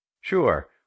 Sure